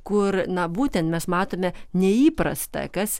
kur na būtent mes matome neįprastą kas